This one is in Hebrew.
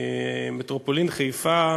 מטרופולין חיפה,